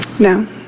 No